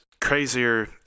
crazier